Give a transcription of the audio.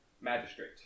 magistrate